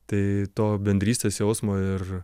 tai to bendrystės jausmo ir